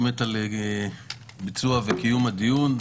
על ביצוע וקיום הדיון.